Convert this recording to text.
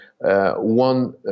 one